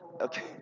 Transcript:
Okay